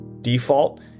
default